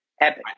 Epic